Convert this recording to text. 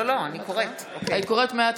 אני קוראת מהתחלה.